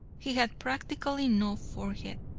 he had practically no forehead.